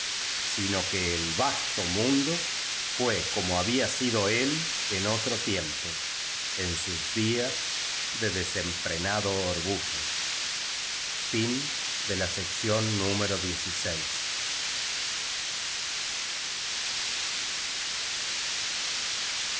sino que el vasto inundo fue como había sido él en otro tiempo en sus días de desenfrenado orgullo